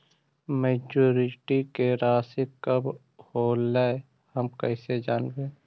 Maturity के रासि कब होलै हम कैसे जानबै?